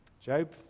Job